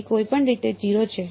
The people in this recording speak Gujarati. તેથી કોઈપણ રીતે 0 છે